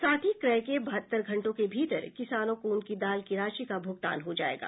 साथ ही क्रय के बहत्तर घंटों के भीतर किसानों को उनकी दाल की राशि का भुगतान हो जायेगा